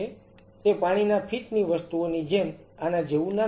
તે પાણીના ફીટ ની વસ્તુઓની જેમ આના જેવું નાનું છે